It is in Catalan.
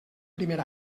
primer